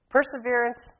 Perseverance